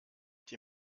die